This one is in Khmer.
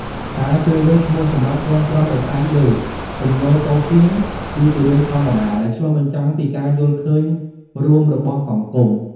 ការជ្រើសរើសឈ្មោះសម្រាប់កូនប្រុសដោយផ្អែកលើ ទំនោរសូរសៀង គឺជារឿងធម្មតា ដែលឆ្លុះបញ្ចាំងពីការយល់ឃើញរួមរបស់សង្គម។